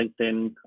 LinkedIn